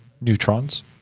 neutrons